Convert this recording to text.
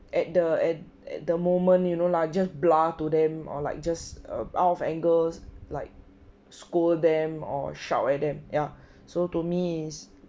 at the at at the moment you know lah just to them or like just uh out of angers like scold them or shout at them ya so to me is